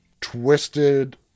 Twisted